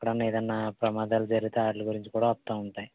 ఎక్కడన్నా ఏదన్న ప్రమాదాలు జరిగితే వాటి గురించి వస్తూ ఉంటాయి